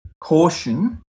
caution